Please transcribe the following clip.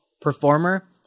performer